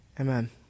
Amen